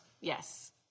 Yes